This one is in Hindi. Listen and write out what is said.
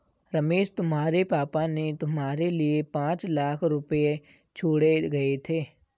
रमेश तुम्हारे पापा ने तुम्हारे लिए पांच लाख रुपए छोड़े गए थे